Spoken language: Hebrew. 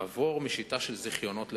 הוחלט לעבור משיטה של זיכיונות לרשיונות.